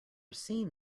seen